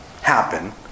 happen